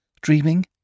dreaming